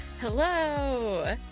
Hello